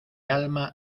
alma